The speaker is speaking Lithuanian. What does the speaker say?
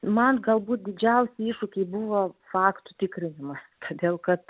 man galbūt didžiausi iššūkiai buvo faktų tikrinimas todėl kad